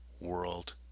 world